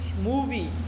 movie